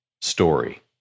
story